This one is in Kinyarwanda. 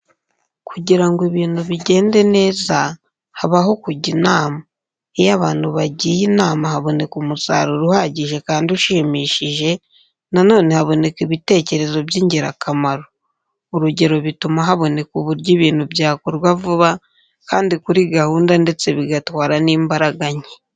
Kugira ngo ibintu bigende neza, habaho kujya inama. Iyo abantu bagiye inama haboneka umusaruro uhagije kandi ushimishije, nanone haboneka ibitekerezo by'ingirakamaro. Urugero, bituma haboneka uburyo ibintu byakorwa vuba kandi kuri gahunda ndetse bigatwara n'imbaraga nke.